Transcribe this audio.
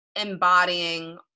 embodying